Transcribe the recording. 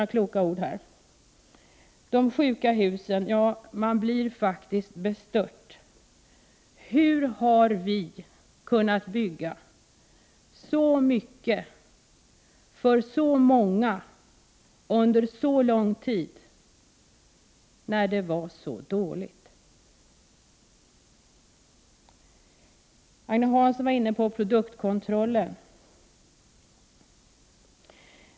Betänkandet gäller sjuka hus, och man blir faktiskt bestört. Hur har vi kunnat bygga så mycket för så många under så lång tid, när det var så dåligt? Agne Hansson var inne på produktkontrollen.